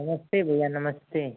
नमस्ते भैया नमस्ते